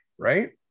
Right